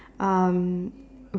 um